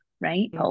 right